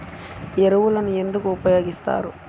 ఎరువులను ఎందుకు ఉపయోగిస్తారు?